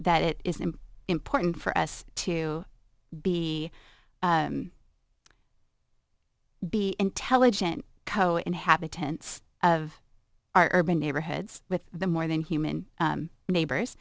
that it is an important for us to be be intelligent co inhabitants of our urban neighborhoods with the more than human neighbors